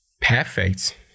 perfect